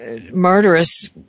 murderous